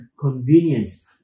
convenience